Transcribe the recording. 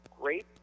great